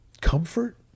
comfort